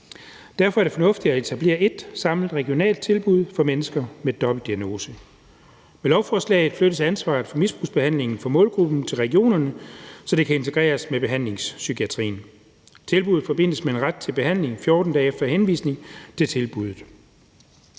Derfor er det fornuftigt at etablere ét samlet regionalt tilbud for mennesker med dobbeltdiagnose. Med lovforslaget flyttes ansvaret for misbrugsbehandlingen for målgruppen til regionerne, så det kan integreres med behandlingspsykiatrien. Tilbuddet forbindes med en ret til behandling 14 dage efter henvisning til tilbuddet.